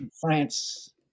France